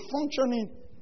functioning